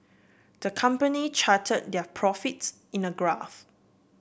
the company chart their profits in a graph